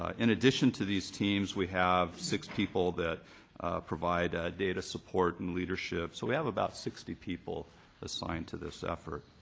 ah in addition to these teams, we have six people that provide data support and leadership. so we have about sixty people assigned to this effort.